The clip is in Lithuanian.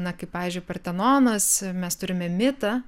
na kaip pavyzdžiui partenonas mes turime mitą